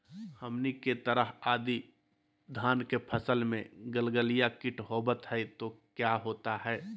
हमनी के तरह यदि धान के फसल में गलगलिया किट होबत है तो क्या होता ह?